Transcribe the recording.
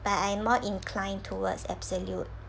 but I'm more inclined towards absolute